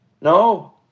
No